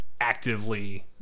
actively